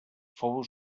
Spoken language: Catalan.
fou